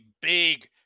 big